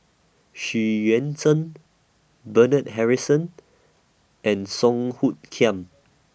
Xu Yuan Zhen Bernard Harrison and Song Hoot Kiam